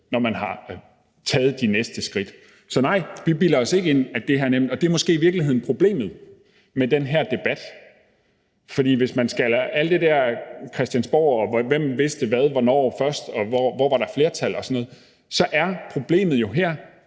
når man har taget de næste skridt. Så nej, vi bilder os ikke ind, at det her er nemt, og det er måske i virkeligheden problemet med den her debat. For i forhold til først at skulle have alt det der christiansborgagtige, der handler om, hvem der vidste hvad og hvornår, og om, hvor der var flertal og sådan noget, så er problemet jo her